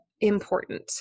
important